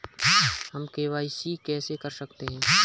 हम के.वाई.सी कैसे कर सकते हैं?